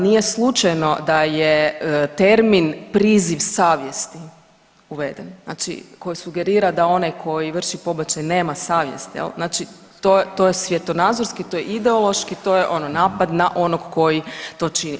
Nije slučajno da je termin priziv savjesti uveden, znači koji sugerira da onaj koji vrši pobačaj nema savjesti jel, znači to je svjetonazorski, to je ideološki, to je ono napad na onog koji to čini.